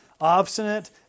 obstinate